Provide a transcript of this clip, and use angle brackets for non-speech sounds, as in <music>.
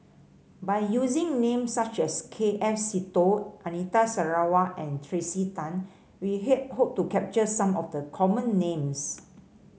by using names such as K F Seetoh Anita Sarawak and Tracey Tan we <unintelligible> hope to capture some of the common names